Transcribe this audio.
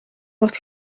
wordt